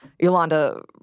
Yolanda